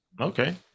Okay